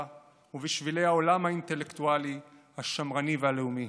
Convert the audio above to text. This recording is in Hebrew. ובשבילי העולם האינטלקטואלי השמרני והלאומי.